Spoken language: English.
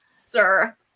sir